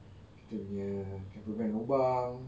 kita punya camper van berlubang